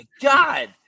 God